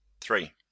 three